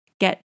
get